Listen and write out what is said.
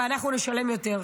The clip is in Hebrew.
ואנחנו נשלם יותר.